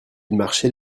marchait